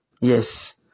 Yes